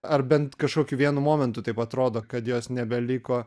ar bent kažkokiu vienu momentu taip atrodo kad jos nebeliko